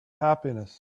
happiness